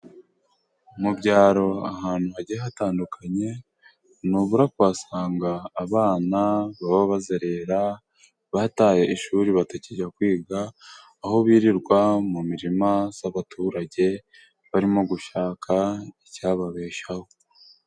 Mu byaro ahantu hagiye hatandukanye ntubura kuhasanga abana baba bazerera bataye ishuri batakijya kwiga aho birirwa mu mirima y'abaturage barimo gushaka icyababeshaho.